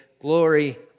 glory